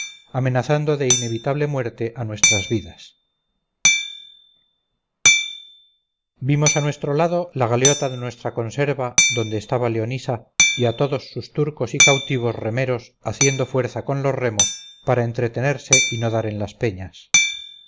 amenazando de inevitable muerte a nuestras vidas vimos a nuestro lado la galeota de nuestra conserva donde estaba leonisa y a todos sus turcos y cautivos remeros haciendo fuerza con los remos para entretenerse y no dar en las peñas